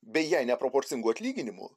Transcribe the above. bei jai neproporcingu atlyginimu